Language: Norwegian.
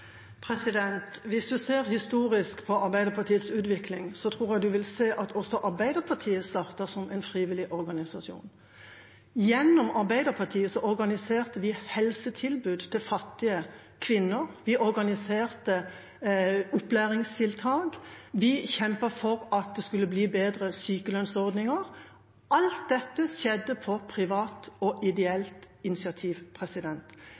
Hvis man ser historisk på Arbeiderpartiets utvikling, tror jeg man vil se at også Arbeiderpartiet startet som en frivillig organisasjon. Gjennom Arbeiderpartiet organiserte man helsetilbud til fattige kvinner, og man organiserte opplæringstiltak. Vi kjempet for at det skulle bli bedre sykelønnsordninger. Alt dette skjedde på privat og